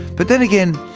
but then again,